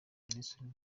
nelson